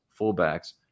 fullbacks